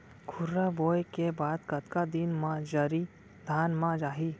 खुर्रा बोए के बाद कतका दिन म जरी धान म आही?